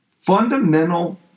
fundamental